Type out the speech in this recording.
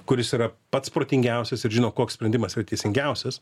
kuris yra pats protingiausias ir žino koks sprendimas yra teisingiausias